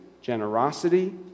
generosity